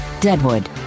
Deadwood